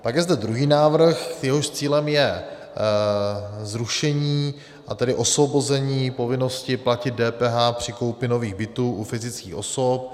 Pak je zde druhý návrh, jehož cílem je zrušení, a tedy osvobození povinnosti platit DPH při koupi nových bytů u fyzických osob.